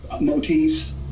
motifs